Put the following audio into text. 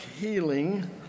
healing